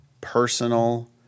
personal